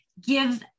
give